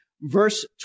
verse